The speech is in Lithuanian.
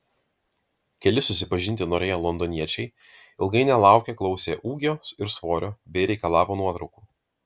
keli susipažinti norėję londoniečiai ilgai nelaukę klausė ūgio ir svorio bei reikalavo nuotraukų